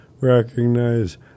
recognize